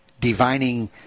divining